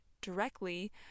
directly